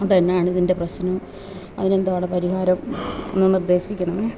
അത് തന്നെ ആണ് ഇതിൻ്റെ പ്രശ്നം അതിന് എന്താണ് അവിടെ പരിഹാരം ഒന്ന് നിർദ്ദേശിക്കണം